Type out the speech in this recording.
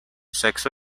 sexo